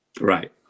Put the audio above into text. Right